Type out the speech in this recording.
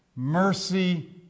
mercy